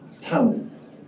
talents